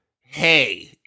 hey